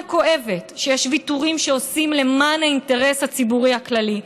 כואבת שיש ויתורים שעושים למען האינטרס הציבורי הכללי,